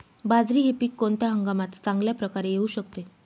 बाजरी हे पीक कोणत्या हंगामात चांगल्या प्रकारे येऊ शकते?